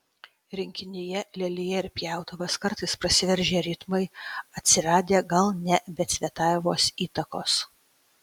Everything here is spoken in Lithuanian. rinkinyje lelija ir pjautuvas kartais prasiveržia ritmai atsiradę gal ne be cvetajevos įtakos